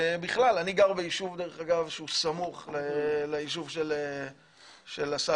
אני גר ביישוב סמוך לחבר הכנסת עסאקלה.